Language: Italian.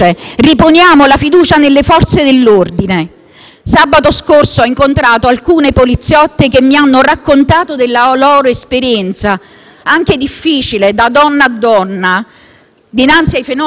Sabato scorso ho incontrato alcune poliziotte che mi hanno raccontato della loro esperienza, anche difficile, da donna a donna, dinanzi ai fenomeni di *stalking* e di femminicidio ai quali lavoravano.